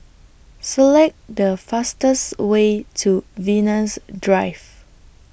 Select The fastest Way to Venus Drive